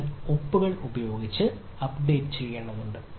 അതിനാൽ ഒപ്പുകൾ ഉപയോഗിച്ച് അപ്ഡേറ്റ് ചെയ്യേണ്ടതുണ്ട്